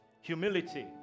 humility